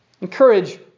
Encourage